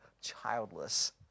childless